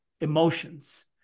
emotions